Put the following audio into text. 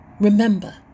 remember